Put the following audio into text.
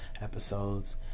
episodes